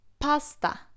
pasta